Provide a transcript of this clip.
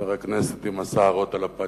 חבר הכנסת עם השערות על הפנים,